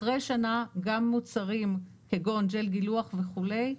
אחרי שנה, גם מוצרים כגון ג'ל גילוח וכולי,